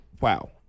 Wow